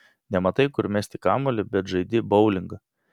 nematai kur mesti kamuolį bet žaidi boulingą